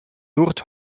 noord